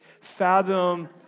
fathom